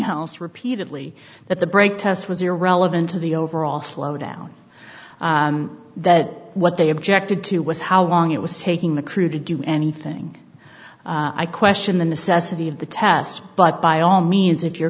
else repeatedly that the brake test was irrelevant to the overall slowdown that what they objected to was how long it was taking the crew to do anything i question the necessity of the test but by all means if you're